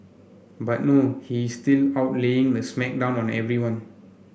but no he is still out laying the smack down on everyone